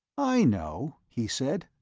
i know, he said,